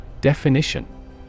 Definition